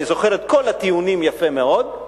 אני זוכר את כל הטיעונים יפה מאוד,